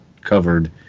covered